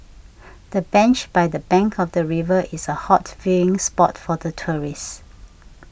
the bench by the bank of the river is a hot viewing spot for the tourists